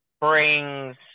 brings